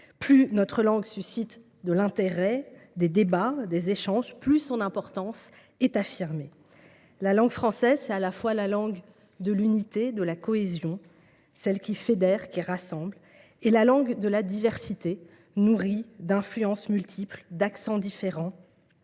plus notre langue suscite des débats, des échanges, plus son importance est affirmée. La langue française est à la fois la langue de l’unité, de la cohésion, celle qui fédère, qui rassemble, et la langue de la diversité, nourrie d’influences multiples, d’accents différents,